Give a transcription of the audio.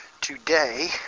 today